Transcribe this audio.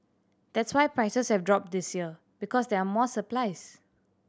that's why prices have dropped this year because there are more supplies